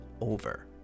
over